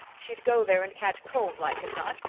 she'd go there and catch cold like as not,